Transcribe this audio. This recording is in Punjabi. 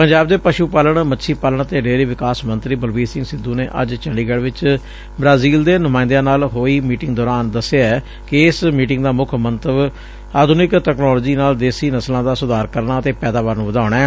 ਪੰਜਾਬ ਦੇ ਪਸ਼ੂ ਪਾਲਣ ਮੱਛੀ ਪਾਲਣ ਤੇ ਡੇਅਰੀ ਵਿਕਾਸ ਮੰਤਰੀ ਬਲਬੀਰ ਸਿੰਘ ਸਿੱਧੁ ਨੇ ਅੱਜ ਚੰਡੀਗੜ ਚ ਬੂਾਜ਼ੀਲ ਦੇ ਨੁਮਾਇੰਦਿਆਂ ਨਾਲ ਹੋਈ ਮੀਟਿੰਗ ਦੌਰਾਨ ਦੱਸਿਆ ਕਿ ਇਸ ਮੀਟਿੰਗ ਦਾ ਮੁੱਖ ਮੰਤਵ ਆਧੁਨਿਕ ਤਕਨਾਲੋਜੀ ਨਾਲ ਦੇਸੀ ਨਸਲਾਂ ਦਾ ਸੁਧਾਰ ਕਰਨਾ ਅਤੇ ਪੈਦਾਵਾਰ ਨੂੰ ਵਧਾਉਣੈ